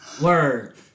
word